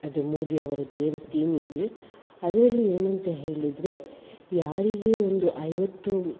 ಅದು ಮೋದಿ ಅವರದ್ದು ಏನು ಸ್ಕೀಮ್ ಇದೆ ಅದರಲ್ಲಿ ಏನಂತ ಹೇಳಿದರೆ ಯಾರಿಗೆ ಒಂದು ಐವತ್ತು